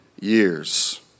years